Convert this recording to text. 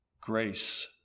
grace